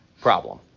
problem